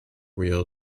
wheel